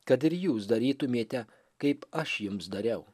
kad ir jūs darytumėte kaip aš jums dariau